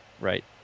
right